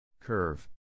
Curve